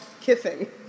kissing